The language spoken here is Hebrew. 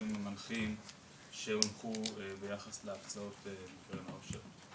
והקווים המנחים שהונחו ביחס להקצאות בקרן העושר.